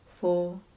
four